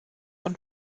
von